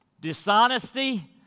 dishonesty